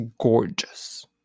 gorgeous